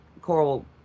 Coral